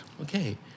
Okay